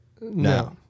No